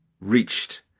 reached